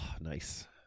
nice